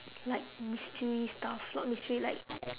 like mystery stuff not mystery like